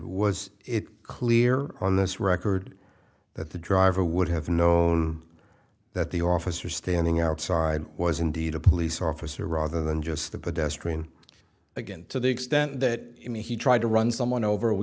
was it clear on this record that the driver would have known that the officer standing outside was indeed a police officer rather than just the pedestrian again to the extent that i mean he tried to run someone over we